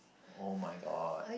[oh]-my-god